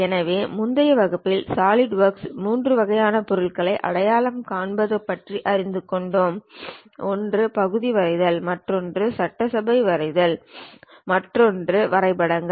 எனவே முந்தைய வகுப்பில் சாலிட்வொர்க்ஸ் 3 வகையான பொருள்களை அடையாளம் காண்பது பற்றி அறிந்து கொண்டோம் ஒன்று பகுதி வரைதல் மற்றொன்று சட்டசபை வரைதல் மற்றொன்று வரைபடங்கள்